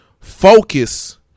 Focus